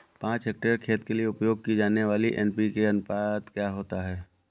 पाँच हेक्टेयर खेत के लिए उपयोग की जाने वाली एन.पी.के का अनुपात क्या होता है?